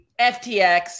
FTX